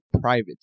private